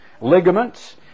ligaments